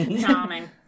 Charming